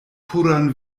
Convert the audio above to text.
puran